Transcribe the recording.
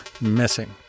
missing